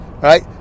right